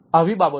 આવી બાબતો